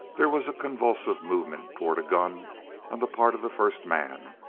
there was a convulsive movement toward a gun on the part of the first man,